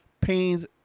pains